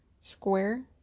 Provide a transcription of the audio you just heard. square